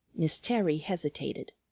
miss terry hesitated.